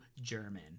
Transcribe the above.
German